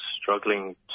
struggling